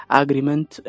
agreement